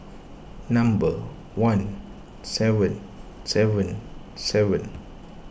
number one seven seven seven